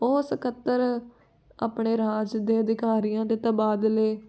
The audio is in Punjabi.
ਉਹ ਸਕੱਤਰ ਆਪਣੇ ਰਾਜ ਦੇ ਅਧਿਕਾਰੀਆਂ ਦੇ ਤਬਾਦਲੇ